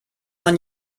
man